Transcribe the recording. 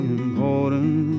important